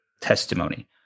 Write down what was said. testimony